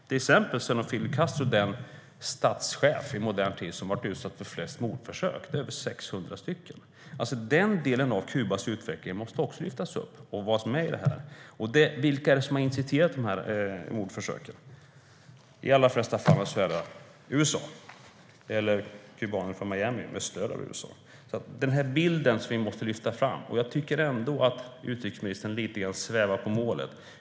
Till exempel är Fidel Castro den statschef i modern tid som har varit utsatt för flest mordförsök. Det är över 600. Den delen av Kubas utveckling måste lyftas upp. Vilka är det som har initierat mordförsöken? I de allra flesta fall är det USA eller kubaner från Miami med stöd av USA. Den bilden måste vi lyfta fram. Jag tycker ändå att utrikesministern lite grann svävar på målet.